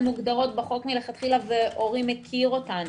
מוגדרות בחוק מלכתחילה ואורי מכיר אותן.